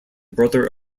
brother